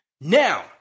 now